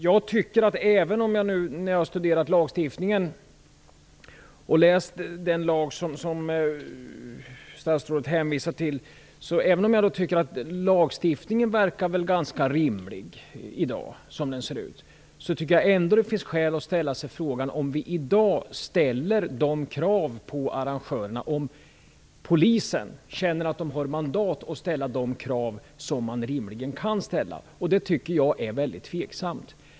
Jag har studerat lagstiftningen och läst den lag som statsrådet hänvisar till. Även om jag tycker att lagstiftningen verkar ganska rimlig som den ser ut i dag, tycker jag ändå att det finns skäl att ställa sig frågan om polisen känner att den har mandat att ställa de krav som det är rimligt att ställa. Det tycker jag är väldigt tveksamt.